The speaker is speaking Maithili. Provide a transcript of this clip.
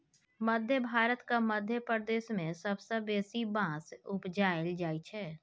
मध्य भारतक मध्य प्रदेश मे सबसँ बेसी बाँस उपजाएल जाइ छै